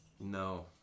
No